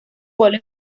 goles